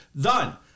Done